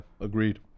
agreed